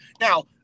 now